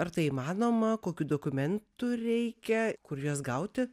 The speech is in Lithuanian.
ar tai įmanoma kokių dokumentų reikia kur juos gauti